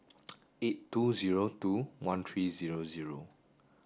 eight two zero two one three zero zero